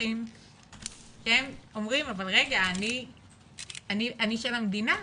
המפוקחים שאומרים רגע, אני של המדינה,